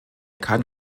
kann